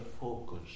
focus